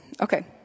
Okay